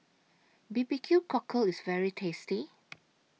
B B Q Cockle IS very tasty